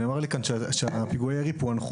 נאמר לי שפיגועי הירי פוענחו,